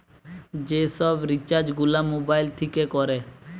যে সব রিচার্জ গুলা মোবাইল থিকে কোরে